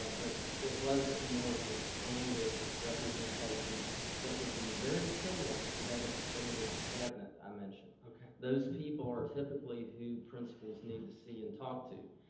ah but it was more of an expanded representation that would be very similar to that expanded cabinet i mentioned. those people are typically who principals need to see and talk to.